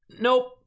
Nope